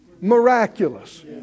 miraculous